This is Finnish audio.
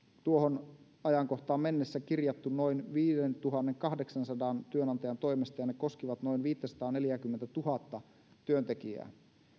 tuohon ajankohtaan mennessä kirjattu noin viidentuhannenkahdeksansadan työnantajan toimesta ja ne koskivat noin viittäsataaneljääkymmentätuhatta työntekijää